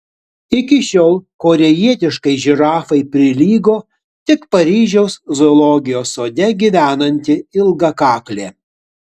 iki šiol korėjietiškai žirafai prilygo tik paryžiaus zoologijos sode gyvenanti ilgakaklė